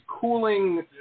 cooling